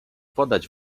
podać